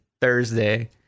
Thursday